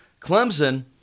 Clemson